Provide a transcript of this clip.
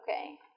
Okay